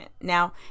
now